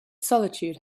solitude